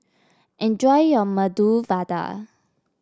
enjoy your Medu Vada